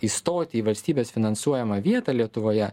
įstoti į valstybės finansuojamą vietą lietuvoje